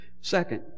Second